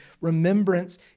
remembrance